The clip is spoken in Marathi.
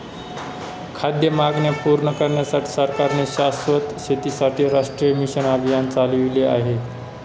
खाद्य मागण्या पूर्ण करण्यासाठी सरकारने शाश्वत शेतीसाठी राष्ट्रीय मिशन अभियान चालविले आहे